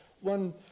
one